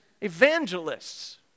evangelists